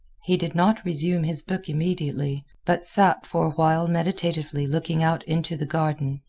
he did not resume his book immediately, but sat for a while meditatively looking out into the garden.